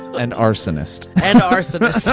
and arsonist. and arsonist.